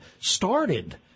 started